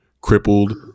crippled